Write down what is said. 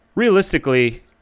Realistically